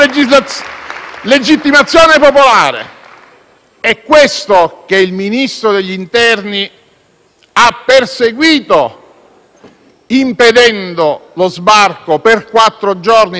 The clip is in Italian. Questa è la prima volta che un Ministro e un Governo - si può condividere o no - possono legittimamente venire nell'Aula del Parlamento